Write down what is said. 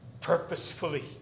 purposefully